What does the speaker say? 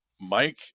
mike